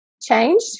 changed